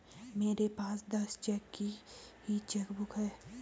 मेरे पास दस चेक की ही चेकबुक है